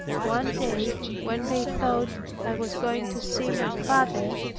one day when they thought i was going to see my father,